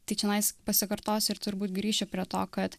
tai čionais pasikartosiu ir turbūt grįšiu prie to kad